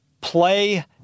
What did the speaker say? play